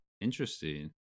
interesting